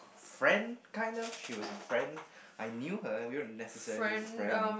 friend kind of she was a friend I knew her and we were necessarily friends